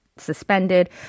suspended